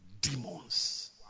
Demons